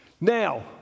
Now